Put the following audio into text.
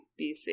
BC